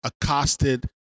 accosted